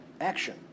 action